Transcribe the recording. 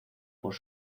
por